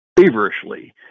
feverishly